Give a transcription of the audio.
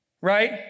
right